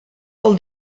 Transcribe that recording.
del